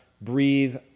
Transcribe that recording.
breathe